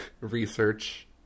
research